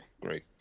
Great